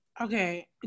okay